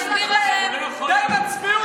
די עם הצביעות הזו,